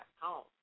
home